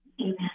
Amen